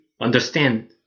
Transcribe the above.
understand